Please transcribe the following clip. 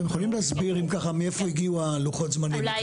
(היו"ר אלון שוסטר) אתם יכולים להסביר אם ככה מאיפה הגיעו לוחות הזמנים?